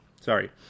Sorry